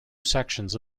sections